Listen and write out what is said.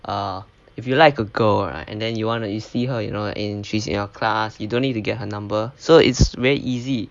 ah if you like a girl right and then you want to see her you know and she's in our class you don't need to get her number so it's very easy